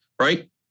right